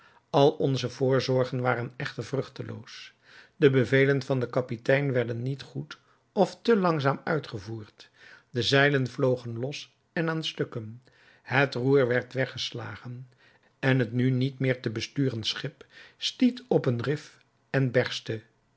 al onze voorzorgen waren echter vruchteloos de bevelen van den kapitein werden niet goed of te langzaam uitgevoerd de zeilen vlogen los en aan stukken het roer werd weggeslagen en het nu niet meer te besturen schip stiet op een rif en berstte